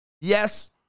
Yes